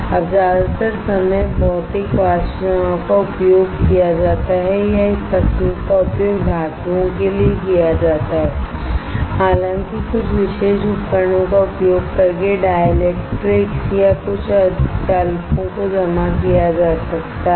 अब ज्यादातर समय भौतिक वाष्प जमाव का उपयोग किया जाता है या इस तकनीक का उपयोग धातुओं के लिए किया जाता है हालाँकि कुछ विशेष उपकरणों का उपयोग करके डाइलेक्ट्रिक्स और कुछ सेमी कंडक्टरो को जमा किया जा सकता है